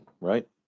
right